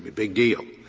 big deal.